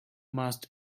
must